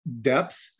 depth